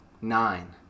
Nine